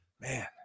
man